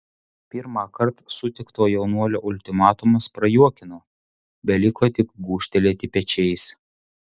pirmąkart sutikto jaunuolio ultimatumas prajuokino beliko tik gūžtelėti pečiais